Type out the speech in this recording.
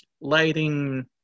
lighting